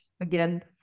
again